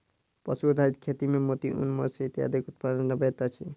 पशु आधारित खेती मे मोती, ऊन, मौस इत्यादिक उत्पादन अबैत अछि